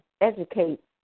educate